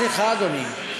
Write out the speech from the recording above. סליחה, סליחה, אדוני.